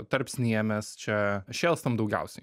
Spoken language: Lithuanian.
tarpsnyje mes čia šėlstam daugiausiai